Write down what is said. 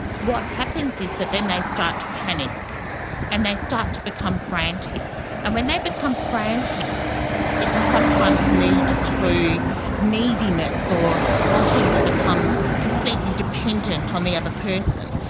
what happens is that then they start to panic and they start to become frantic. and when they become frantic it can sometimes lead to neediness or wanting to become completely dependent on the other person.